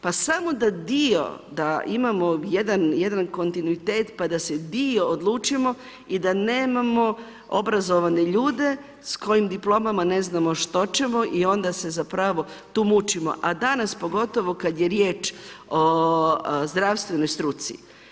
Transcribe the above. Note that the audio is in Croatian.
Pa samo da dio, da imamo jedan kontinuitet pa da se dio odlučimo i da nemamo obrazovane ljude s kojim diplomama ne znamo što ćemo i onda se zapravo tu mučimo, a danas pogotovo kad je riječ o zdravstvenoj struci.